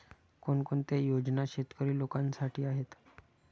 कोणकोणत्या योजना शेतकरी लोकांसाठी आहेत?